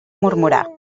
murmurar